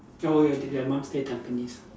ya lor your their mum stay Tampines